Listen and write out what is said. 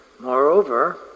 Moreover